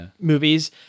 Movies